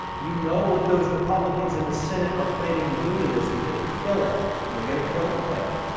you know what those republicans in the senate are planning to do to this. they're going to kill it and they're going to kill it quick.